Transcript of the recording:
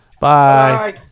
Bye